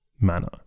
manner